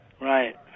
Right